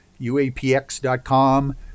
uapx.com